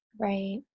right